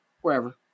wherever